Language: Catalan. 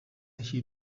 així